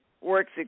works